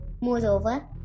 Moreover